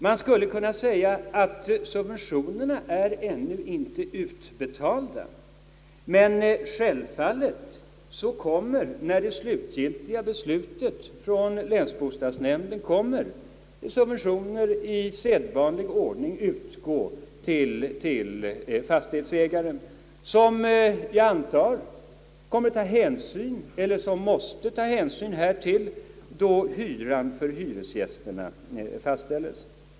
Man skulle kunna säga att subventionerna ännu inte är utbetalda, men när det slutgiltiga beslutet från länsbostadsnämnden = föreligger, kommer självfallet subventioner i sed vanlig ordning att utgå till fastighetsägaren, som måste ta hänsyn härtill då hyran för hyresgästerna fastställes.